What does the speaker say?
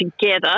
together